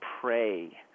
pray